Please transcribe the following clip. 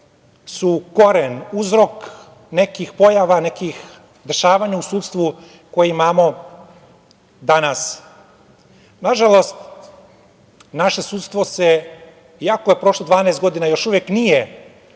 su koren, uzrok nekih pojava, nekih dešavanja u sudstvu koje imamo danas. Nažalost, naše sudstvo se, iako je prošlo 12 godina, još uvek nije